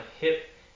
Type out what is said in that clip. hip